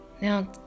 Now